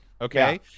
Okay